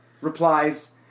replies